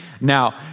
Now